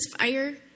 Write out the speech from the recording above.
fire